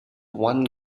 one